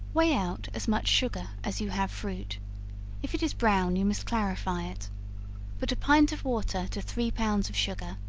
weigh out as much sugar as you have fruit if it is brown you must clarify it put a pint of water to three pounds of sugar,